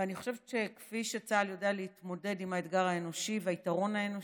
ואני חושבת שכפי שצה"ל יודע להתמודד עם האתגר האנושי והיתרון האנושי,